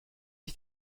ich